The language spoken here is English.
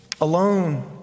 alone